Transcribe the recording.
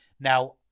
Now